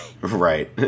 Right